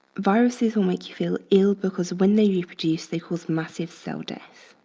viruses will make you feel ill because when they reproduce, they cause massive cell death.